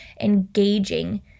engaging